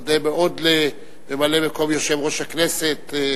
אודה מאוד לממלא-מקום יושב-ראש הכנסת,